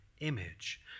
image